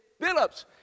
Phillips